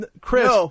Chris